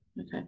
Okay